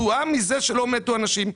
תשואה מזה שלא מתו אנשים.